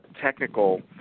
technical